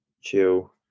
chill